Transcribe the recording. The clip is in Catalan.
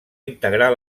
integrar